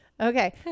Okay